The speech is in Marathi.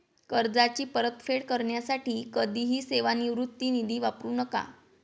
कर्जाची परतफेड करण्यासाठी कधीही सेवानिवृत्ती निधी वापरू नका